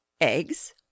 eggs